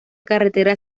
carretera